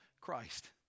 Christ